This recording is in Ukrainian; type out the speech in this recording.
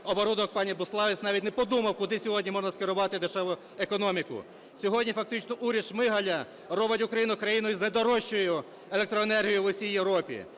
оборудок пані Буславець навіть не подумав кудись годні можна скерувати дешеву економіку. Сьогодні фактично уряд Шмигаля робить Україну країною з найдорожчою електроенергією в усій Європі.